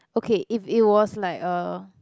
okay if it was like a